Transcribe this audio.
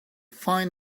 fine